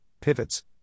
pivots